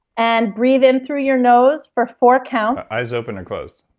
and breathe in through your nose for four counts eyes open or closed?